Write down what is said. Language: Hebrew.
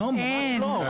לא, ממש לא.